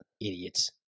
Idiots